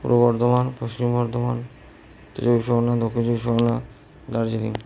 পূর্ব বর্ধমান পশ্চিম বর্ধমান উত্তর চব্বিশ পরগনা দক্ষিণ চব্বিশ পরগনা দার্জিলিং